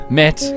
met